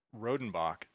Rodenbach